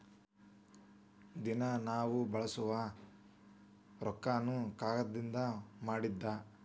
ದಿನಾ ನಾವ ಬಳಸು ರೊಕ್ಕಾನು ಕಾಗದದಿಂದನ ಮಾಡಿದ್ದ